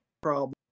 problem